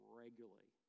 regularly